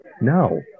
No